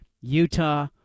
Utah